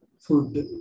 food